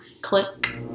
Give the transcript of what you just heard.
Click